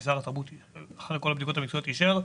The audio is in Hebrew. כי שר התרבות אחרי כל הבדיקות המקצועיות אישר.